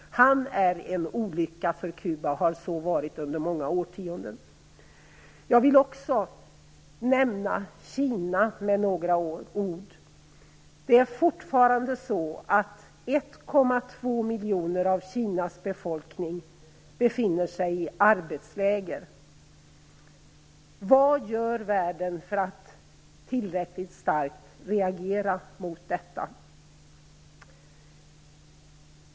Han är en olycka för Kuba, och har så varit under många årtionden. Jag vill också nämna några ord om Kina. Det är fortfarande så att 1,2 miljoner av Kinas befolkning befinner sig i arbetsläger. Vad gör världen för att tillräckligt starkt reagera mot detta?